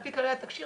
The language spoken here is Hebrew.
על פי כללי התקשי"ר,